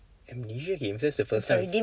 amnesia games that's the first time